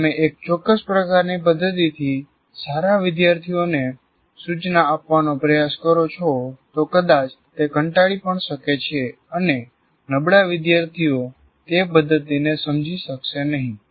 જો તમે એક ચોક્કસ પ્રકારની પ્રદ્ધતીથી સારા વિદ્યાર્થીઓને સૂચના આપવાનો પ્રયાસ કરો છો તો કદાચ તે કંટાળી પણ શકે છે અને નબળા વિદ્યાર્થીઓ તે પ્રદ્ધતીને સમજી શકશે નહીં